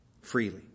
freely